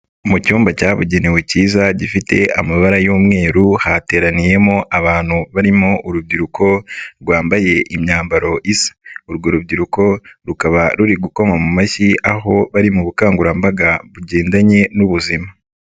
Mu cyumba cyabugenewe kiza gifite amabara y'umweru, hateraniyemo abantu barimo urubyiruko, rwambaye imyambaro isa. Urwo rubyiruko rukaba ruri gukoma mu mashyi, aho bari mu bukangurambaga bugendanye n'ubuzima.